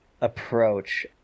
approach